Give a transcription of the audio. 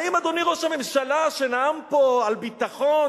האם אדוני ראש הממשלה, שנאם פה על ביטחון,